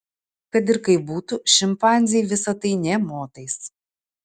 kad ir kaip būtų šimpanzei visa tai nė motais